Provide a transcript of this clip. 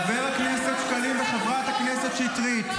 חבר הכנסת שקלים וחברת הכנסת שטרית,